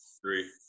three